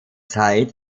zeit